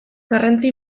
garrantzi